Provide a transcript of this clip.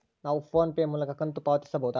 ನಾವು PhonePe ಮೂಲಕ ಕಂತು ಪಾವತಿಸಬಹುದಾ?